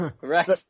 Right